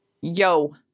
yo